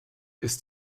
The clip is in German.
ist